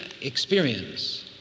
experience